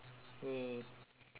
!yay!